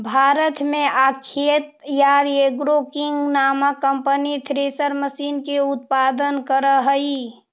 भारत में Akhtiyar agro king नामक company thresher machine के उत्पादन करऽ हई